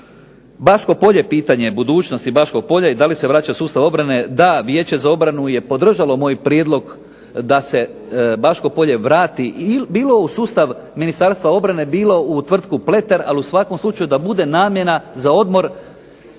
Paško polje, pitanje je budućnosti Paškog polja i da li se vraća sustav obrane. Da, Vijeće za obranu je podržalo moj prijedlog da se Paško polje vrati bilo u sustav Ministarstva obrane, bilo u tvrtku "Pleter", ali u svakom slučaju da bude namjena za odbor